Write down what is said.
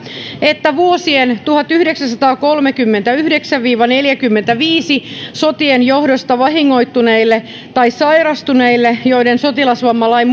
että vuosien tuhatyhdeksänsataakolmekymmentäyhdeksän viiva neljäkymmentäviisi sotien johdosta vahingoittuneille tai sairastuneille joiden sotilasvammalain